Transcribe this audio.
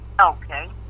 Okay